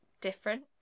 different